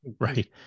Right